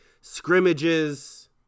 scrimmages